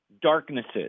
darknesses